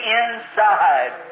inside